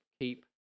keep